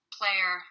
player